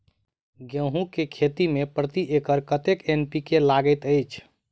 गेंहूँ केँ खेती मे प्रति एकड़ कतेक एन.पी.के लागैत अछि?